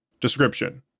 Description